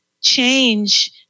change